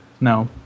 No